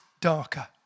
darker